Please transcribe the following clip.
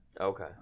okay